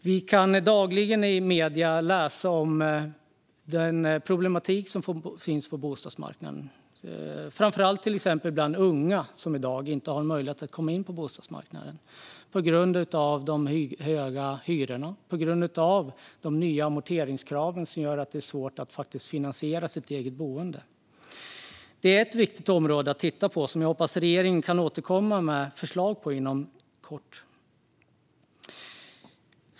Vi kan dagligen läsa i medierna om den problematik som finns på bostadsmarknaden, framför allt bland unga, som i dag inte har någon möjlighet att komma in på bostadsmarknaden på grund av de höga hyrorna och de nya amorteringskraven som gör det svårt att finansiera ett eget boende. Detta är ett viktigt område att titta på, och jag hoppas att regeringen kan återkomma med förslag där inom kort.